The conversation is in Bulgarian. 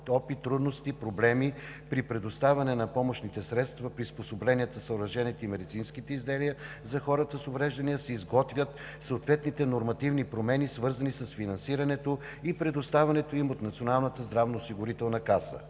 опит, трудности, проблеми при предоставяне на помощните средства, приспособленията, съоръженията и медицинските изделия за хората с увреждания се изготвят съответните нормативни промени, свързани с финансирането и предоставянето им в Националната здравноосигурителна каса.